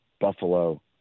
Buffalo